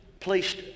placed